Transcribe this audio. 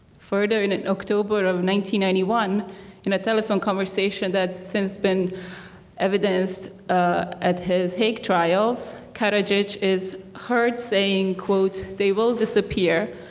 further in in um but um ninety ninety one in a telephone conversation that's since been evidence at his hague trials karadzic is heard saying quote they will disappear,